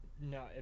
no